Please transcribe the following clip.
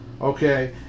okay